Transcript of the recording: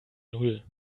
null